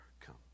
come